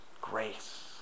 grace